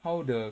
how the